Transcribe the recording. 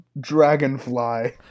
dragonfly